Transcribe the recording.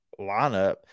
lineup